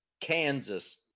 Kansas